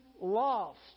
lost